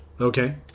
Okay